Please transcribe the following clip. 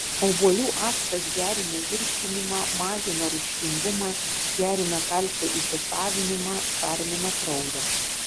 obuolių actas gerina virškinimą mažina rūgštingumą gerina kalcio įsisavinimą šarmina kraują